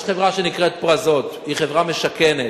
יש חברה שנקראת "פרזות", היא חברה משכנת,